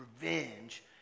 revenge